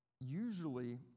usually